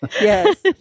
Yes